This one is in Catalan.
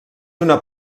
una